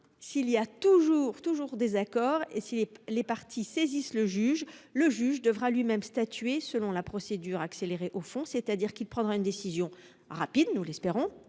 s'il y a toujours désaccord et si les parties saisissent le juge, celui-ci devra lui-même statuer selon la procédure accélérée au fond : il prendra une décision rapide- nous l'espérons,